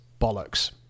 bollocks